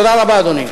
תודה רבה, אדוני.